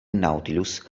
nautilus